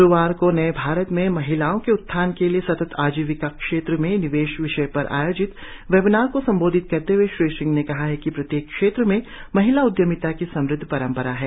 ग्रुवार को नए भारत में महिलाओं के उत्थान के लिए सतत आजीविका के क्षेत्र में निवेश विषय पर आयोजित वेबिनार को संबोधित करते हए श्री सिंह ने कहा है कि प्रत्येक क्षेत्र के महिला उद्यमिता की समुद्ध परंपरा है